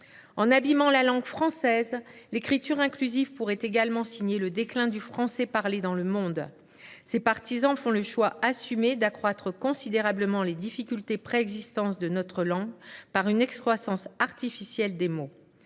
En abîmant la langue française, l’écriture inclusive pourrait également signer le déclin du français parlé dans le monde. Ses partisans font le choix assumé d’accroître considérablement les difficultés préexistantes de notre langue par une excroissance artificielle des mots.